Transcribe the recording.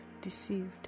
deceived